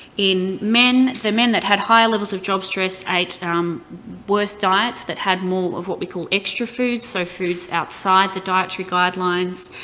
in men, the men that had higher levels of job stress ate um worse diets that had more of what we call extra food, so foods outside the dietary guidelines,